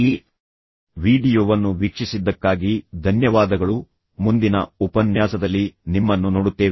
ಈ ವೀಡಿಯೊವನ್ನು ವೀಕ್ಷಿಸಿದ್ದಕ್ಕಾಗಿ ಧನ್ಯವಾದಗಳು ಮುಂದಿನ ಉಪನ್ಯಾಸದಲ್ಲಿ ನಿಮ್ಮನ್ನು ನೋಡುತ್ತೇವೆ